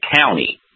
county